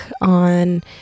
on